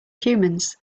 humans